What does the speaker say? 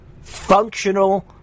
functional